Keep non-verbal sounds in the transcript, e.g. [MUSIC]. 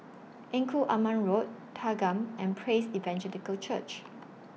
[NOISE] Engku Aman Road Thanggam and Praise Evangelical Church